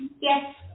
yes